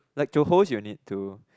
like to host you need to